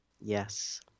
Yes